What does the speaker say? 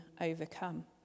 overcome